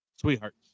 Sweethearts